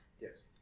Yes